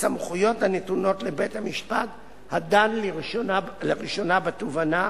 הסמכויות הנתונות לבית-המשפט הדן לראשונה בתובענה,